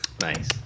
Nice